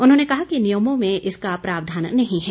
उन्होंने कहा कि नियमों में इसका प्रावधान नहीं है